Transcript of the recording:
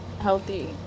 Healthy